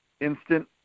instant